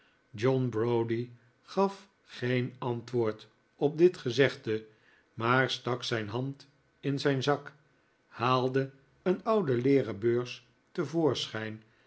john browdie gaf geen antwoord op dit gezegde maar stak zijn hand in zijn zak haalde een oude leeren beurs